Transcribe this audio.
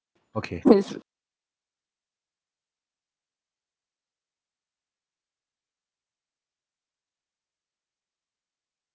okay